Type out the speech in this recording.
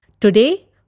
Today